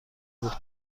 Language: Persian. بود